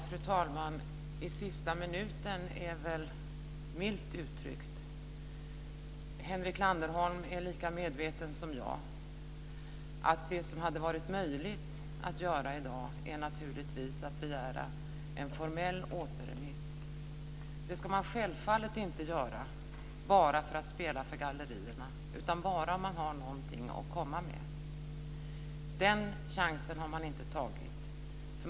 Fru talman! "I sista minuten" är milt uttryckt. Henrik Landerholm är lika medveten som jag om att det som är möjligt att göra i dag är att begära en formell återremiss. Det ska man självfallet inte göra bara för att spela för gallerierna utan bara om man har någonting att komma med. Den chansen har man inte tagit.